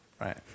Right